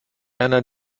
einer